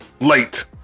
late